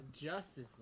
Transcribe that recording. Justice